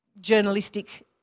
journalistic